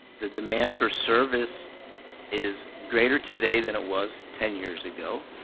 the demand for service is greater today than it was ten years ago,